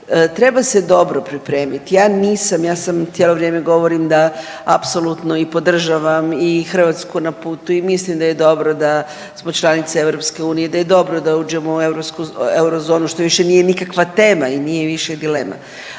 treba se dobro pripremiti, ja nisam, ja sam cijelo vrijeme govorim da apsolutno i podržavam i Hrvatsku na putu i mislim da je dobro da smo članica EU, da je dobro da uđemo u eurozonu, što više nije nikakva tema i nije više dilema,